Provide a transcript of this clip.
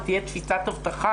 ותהיה תפיסת אבטחה,